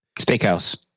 Steakhouse